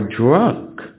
drunk